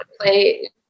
play